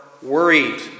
Worried